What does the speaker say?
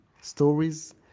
stories